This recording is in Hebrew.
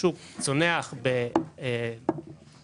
השוק יצנח ב-50%.